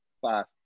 Five